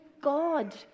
God